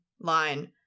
line